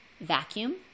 Vacuum